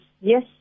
yes